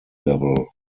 level